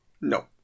No